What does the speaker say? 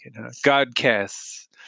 Godcasts